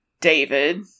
David